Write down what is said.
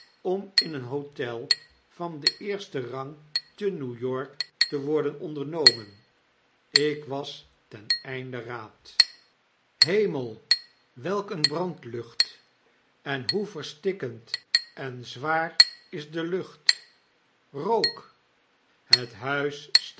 om in een hotel van den eersten rang te n e w-y o r k te worden ondernomen ik was ten einde raad hemel welk een brandlucht en hoe verstikkend en zwaar is de lucht rook het